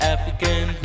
African